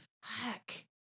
Heck